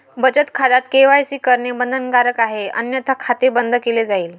बचत खात्यात के.वाय.सी करणे बंधनकारक आहे अन्यथा खाते बंद केले जाईल